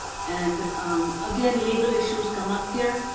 and again legal issues come up here,